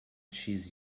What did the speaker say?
cheese